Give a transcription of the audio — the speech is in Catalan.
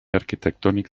arquitectònic